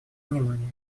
внимание